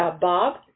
Bob